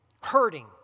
hurting